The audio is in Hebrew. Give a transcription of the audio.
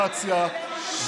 בלי דיגיטציה,